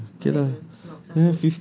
just okay lah